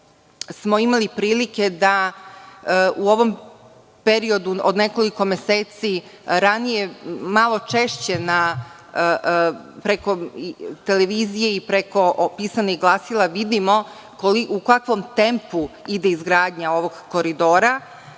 smo imali prilike da u ovom periodu od nekoliko meseci ranije, malo češće preko televizije i preko pisanih glasila vidimo kakvim tempom ide izgradnja ovog koridora,